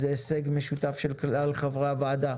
אז זה הישג משותף של כלל חברי הוועדה.